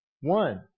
one